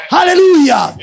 Hallelujah